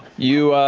you